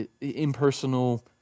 impersonal